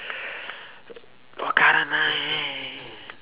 wakaranai